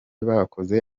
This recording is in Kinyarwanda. bakoze